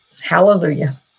Hallelujah